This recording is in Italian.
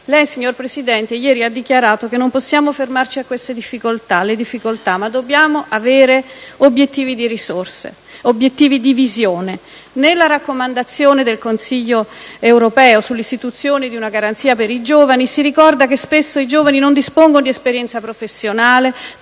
Lei, signor Presidente, ieri ha dichiarato che non possiamo fermarci a queste difficoltà, ma dobbiamo avere obiettivi di risorse e obiettivi di visione. Nella raccomandazione del Consiglio europeo sull'istituzione di un garanzia per i giovani, si ricorda che spesso i giovani non dispongono di esperienza professionale,